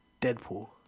Deadpool